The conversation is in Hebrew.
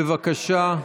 בבקשה.